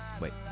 Wait